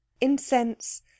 incense